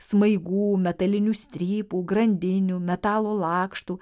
smaigų metalinių strypų grandinių metalo lakštų